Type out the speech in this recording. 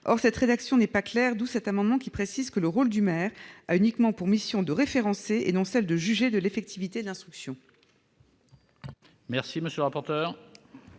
Or cette rédaction n'est pas claire. C'est pourquoi cet amendement vise à préciser que le maire a uniquement pour mission de référencer, et non celle de juger de l'effectivité de l'instruction.